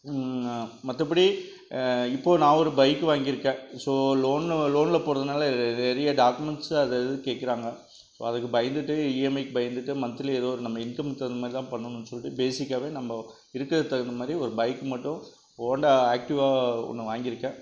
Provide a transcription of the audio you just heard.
நான் மற்றபடி இப்போது நான் ஒரு பைக்கு வாங்கியிருக்கேன் ஸோ லோனு லோனில் போடுறதுனால இது இது நிறையா டாக்குமென்ட்ஸு அது அதுன்னு கேக்குறாங்க ஸோ அதுக்கு பயந்துகிட்டு இஎம்ஐக்கு பயந்துகிட்டு மன்த்லி ஏதோ ஒரு நம்ம இன்கமுக்கு தகுந்தமாதிரி பண்ணணும்னு சொல்லிட்டு பேஸிக்காகவே நம்ம இருக்கிறதுக்கு தகுந்த மாதிரி ஒரு பைக் மட்டும் ஹோண்டா ஆக்டிவா ஒன்று வாங்கியிருக்கேன்